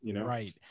Right